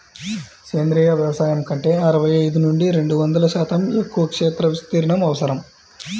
సేంద్రీయ వ్యవసాయం కంటే అరవై ఐదు నుండి రెండు వందల శాతం ఎక్కువ క్షేత్ర విస్తీర్ణం అవసరం